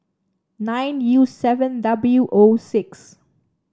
nine U seven W O